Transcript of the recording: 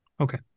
okay